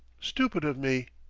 stupid of me!